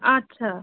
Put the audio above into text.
আচ্ছা